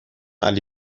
علی